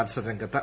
മത്സര രംഗത്ത്